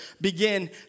begin